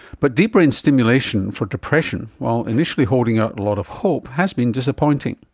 but deep brain stimulation for depression, while initially holding up a lot of hope, has been disappointing.